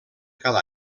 cada